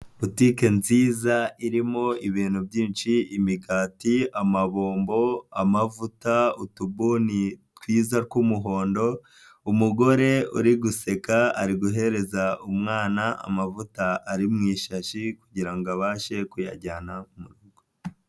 Butike nziza irimo ibintu byinshi, imigati, amabombo, amavuta, utubuni twiza tw'umuhondo, umugore uri guseka ari guhereza umwana amavuta ari mu ishyashi kugira ngo abashe kuyajyana mu rugo.